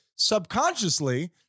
subconsciously